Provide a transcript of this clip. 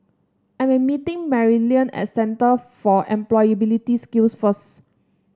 I am meeting Maryellen at Centre for Employability Skills first